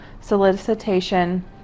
solicitation